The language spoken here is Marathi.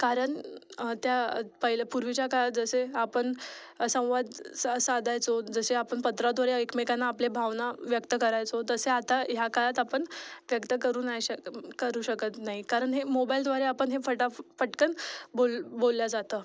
कारण त्या पहिलं पूर्वीच्या काळात जसे आपण संवाद सा साधायचो जसे आपण पत्राद्वारे एकमेकांना आपले भावना व्यक्त करायचो तसे आता ह्या काळात आपण व्यक्त करू नाही शकत करू शकत नाही कारण हे मोबाईलद्वारे आपण हे फटा पटकन बोल बोललं जातं